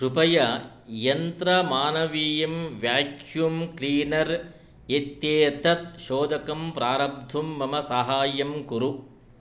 कृपया यन्त्रमानवीयं vacuum cleaner इत्येतत् शोधकं प्रारब्धुं मम साहाय्यं कुरु